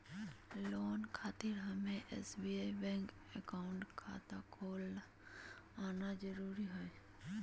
Loan खातिर हमें SBI bank account खाता खोल आना जरूरी है?